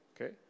Okay